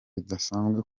bidasanzwe